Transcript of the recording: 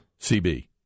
CB